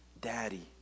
Daddy